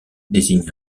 désigne